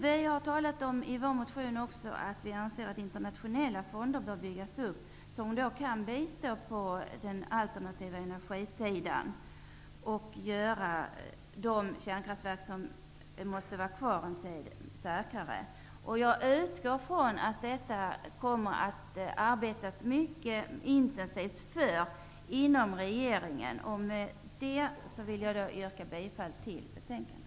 Vi har i vår motion också talat om att vi anser att internationella fonder bör byggas upp, som kan bistå med alternativ energi och göra de kärnkraftverk säkrare som måste vara kvar en tid. Jag utgår från att regeringen arbetar mycket intensivt för detta. Därmed vill jag yrka bifall till utskottets hemställan.